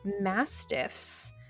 mastiffs